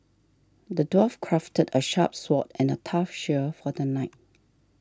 the dwarf crafted a sharp sword and a tough shield for the knight